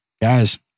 guys